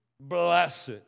blessed